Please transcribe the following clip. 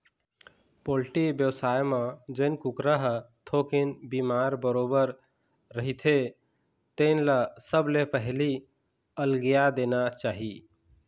poultry बेवसाय म जेन कुकरा ह थोकिन बिमार बरोबर रहिथे तेन ल सबले पहिली अलगिया देना चाही